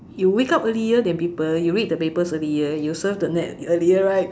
you wake up earlier than people you read the papers earlier you serve the net earlier right